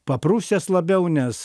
paprusęs labiau nes